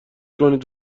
کنید